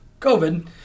COVID